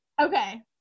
Okay